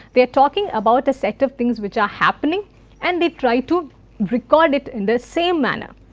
they are talking about a set of things which are happening and they try to record it in the same manner,